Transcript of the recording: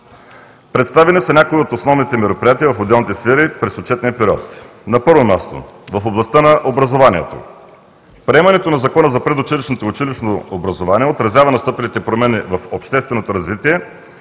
Представени са някои от основните мероприятия в отделните сфери през отчетния период. На първо място – в областта на образованието. Приемането на Закона за предучилищното и училищното образование отразява настъпилите промени в общественото развитие